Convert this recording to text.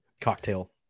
cocktail